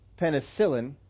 penicillin